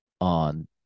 on